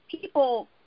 people